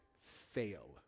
fail